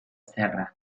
serra